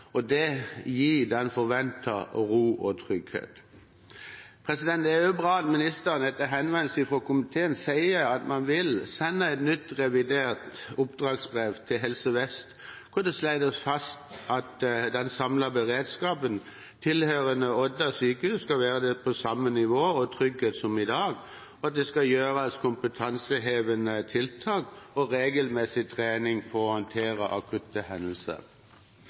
og det gir den forventede ro og trygghet. Det er også bra at ministeren etter henvendelse fra komiteen sier at man vil sende et nytt revidert oppdragsbrev til Helse Vest hvor det slås fast at den samlede beredskapen tilhørende Odda sjukehus skal være på samme nivå og med samme trygghet som i dag, og at det skal gjøres kompetansehevende tiltak og regelmessig trening på å håndtere